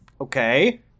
Okay